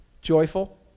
joyful